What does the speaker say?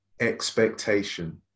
expectation